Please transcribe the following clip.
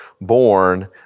born